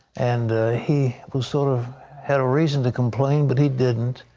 and he sort of had a reason to complain, but he didn't.